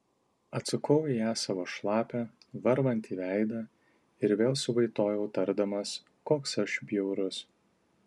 atsukau į ją savo šlapią varvantį veidą ir vėl suvaitojau tardamas koks aš bjaurus